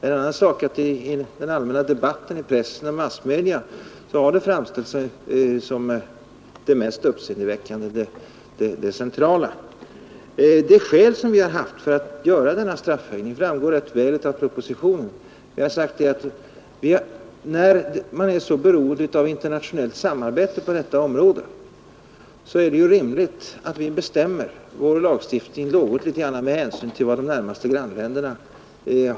En annan sak är att denna höjning i den allmänna debatten, i press och andra massmedia har framställts som det centrala. De skäl som vi har haft för att föreslå en straffhöjning framgår rätt väl av propositionen. Vi har sagt att när man är så beroende av interna tionellt samarbete på detta område är det rimligt att vi utformar vår lagstiftning något litet efter de regler som gäller i de närmaste grannländerna.